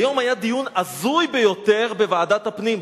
היום היה דיון הזוי ביותר בוועדת הפנים,